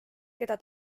keda